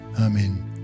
Amen